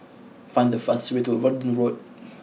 find the fastest way to Verdun Road